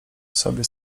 sobie